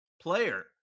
player